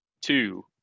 two